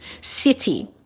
city